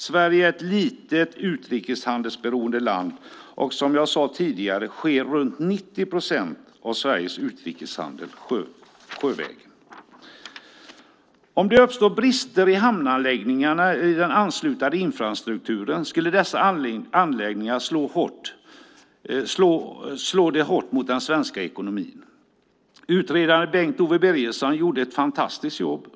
Sverige är ett litet, utrikeshandelsberoende land, och som jag sade tidigare sker runt 90 procent av Sveriges utrikeshandel sjövägen. Om det uppstår brister i hamnanläggningarna eller i den anslutande infrastrukturen till dessa anläggningar slår det hårt mot den svenska ekonomin. Utredaren Bengt Owe Birgersson gjorde ett fantastiskt jobb.